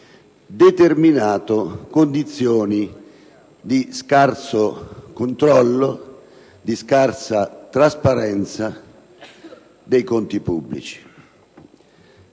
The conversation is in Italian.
determinato condizioni di scarso controllo e scarsa trasparenza dei conti pubblici.